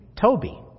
Toby